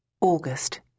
August